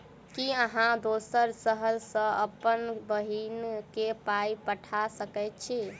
की अहाँ दोसर शहर सँ अप्पन बहिन केँ पाई पठा सकैत छी?